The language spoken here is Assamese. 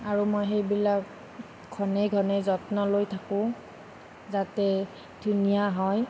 আৰু মই সেইবিলাক ঘনে ঘনে যত্ন লৈ থাকোঁ যাতে ধুনীয়া হয়